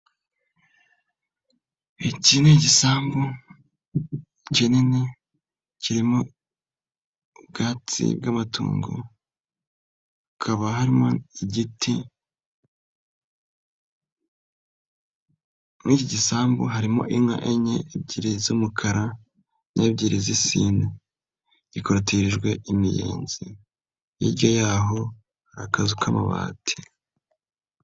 Iki ni igisambu kinini kirimo ubwatsi bw'amatungo, hakaba harimo igiti, muri iki gisambu harimo inka enye, ebyiri z'umukara, n'ebyiri z'isine, gikotirijwe imiyenzi, hirya yaho hari akazu k'amabati.